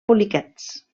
poliquets